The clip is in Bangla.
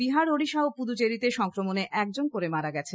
বিহার ওডিষা ও পুদুচেরীতে সংক্রমণে একজন করে মারা গেছেন